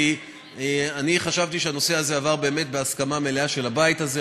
כי אני חשבתי שהנושא הזה עבר באמת בהסכמה מלאה של הבית הזה,